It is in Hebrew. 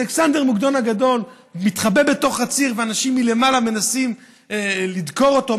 אלכסנדר מוקדון הגדול מתחבא בתוך חציר ואנשים מלמעלה מנסים לדקור אותו,